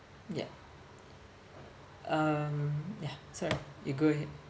yup um ya sorry you go ahead